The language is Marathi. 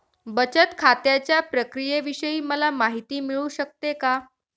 बचत खात्याच्या प्रक्रियेविषयी मला माहिती मिळू शकते का?